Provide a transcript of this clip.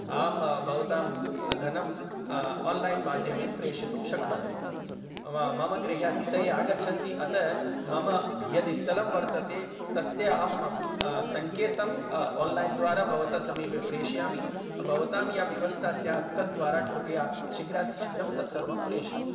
आम् भवतां धनं ओन्लैन् माध्यमेन प्रेषितुं शक्नोमि मम गृहे अतिथये आगच्छन्ति अतः मम यद् स्थलं वर्तते तस्य अहं सङ्केतं ओन्लैन् द्वारा भवतः समीपे प्रेषयामि भवतां या व्यवस्था स्यात् तत् द्वारा कृपया शीघ्रातिघीघ्रं तत्सर्वं प्रेषयतु